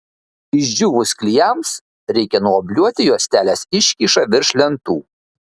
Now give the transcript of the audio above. išdžiūvus klijams reikia nuobliuoti juostelės iškyšą virš lentų